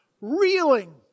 reeling